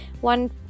one